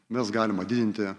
mes galime didinti